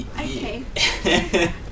okay